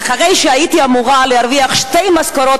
ואחרי שהייתי אמורה להרוויח שתי משכורות